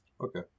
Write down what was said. Okay